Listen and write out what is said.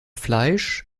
fleisch